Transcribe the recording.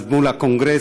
אז מול הקונגרס,